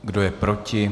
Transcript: Kdo je proti?